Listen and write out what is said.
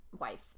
Wife